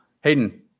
Hayden